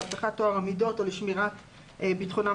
להבטחת טוהר המידות או לשמירת ביטחונם